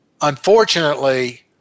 Unfortunately